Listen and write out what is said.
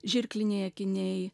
žirkliniai akiniai